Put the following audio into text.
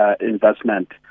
investment